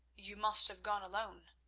you must have gone alone.